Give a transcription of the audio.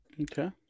Okay